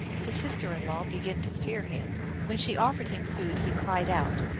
his sister in-law began to fear him. when she offered him food he cried out,